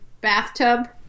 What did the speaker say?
bathtub